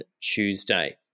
Tuesday